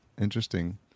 interesting